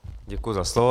Děkuji za slovo.